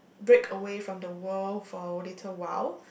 break away from the world for a little while